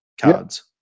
cards